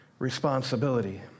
Responsibility